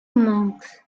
monks